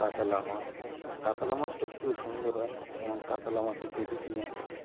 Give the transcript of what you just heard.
কাতলা মাছ কাতলা মাছটা খুবই সুন্দর হয় যেমন কাতলা মাছের যদি কি না